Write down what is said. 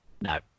No